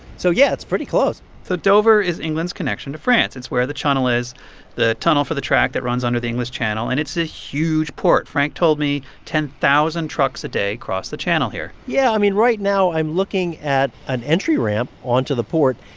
so yeah, it's pretty close so dover is england's connection to france. it's where the channel is the tunnel for the track that runs under the english channel. and it's a huge port. frank told me ten thousand trucks a day cross the channel here yeah. i mean, right now, i'm looking at an entry ramp onto the port.